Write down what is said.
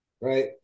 Right